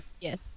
Yes